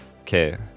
okay